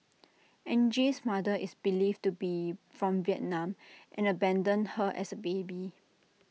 Angie's mother is believed to be from Vietnam and abandoned her as A baby